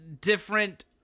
different